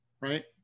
right